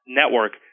network